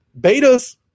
beta's